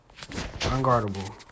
Unguardable